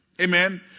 Amen